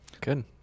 Good